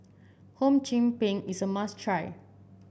Hum Chim Peng is a must try